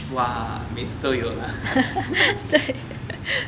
!wah! 每次都有啦